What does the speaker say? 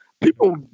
people